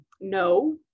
no